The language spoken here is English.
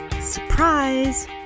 Surprise